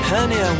Honey